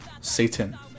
Satan